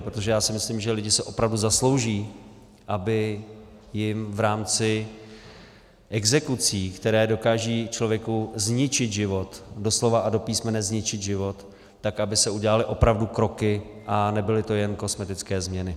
Protože já si myslím, že lidé si opravdu zaslouží, aby jim v rámci exekucí, které dokážou člověku zničit život, doslova a do písmene zničit život, tak aby se udělaly opravdu kroky a nebyly to jen kosmetické změny.